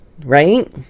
right